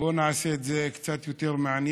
בואו נעשה את זה קצת יותר מעניין.